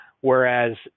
whereas